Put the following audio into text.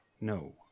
no